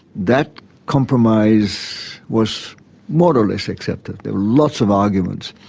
that compromise was more or less accepted. there were lots of arguments,